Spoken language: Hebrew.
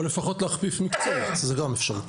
או לפחות להכפיף מקצועית, זו גם אפשרות.